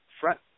front